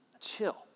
chill